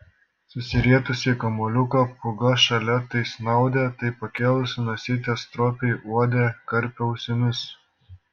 susirietusi į kamuoliuką pūga šalia tai snaudė tai pakėlusi nosytę stropiai uodė karpė ausimis